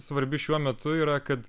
svarbi šiuo metu yra kad